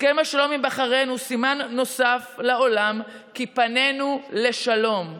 הסכם השלום עם בחריין הוא סימן נוסף לעולם כי פנינו לשלום.